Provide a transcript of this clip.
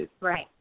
Right